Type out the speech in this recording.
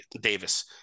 Davis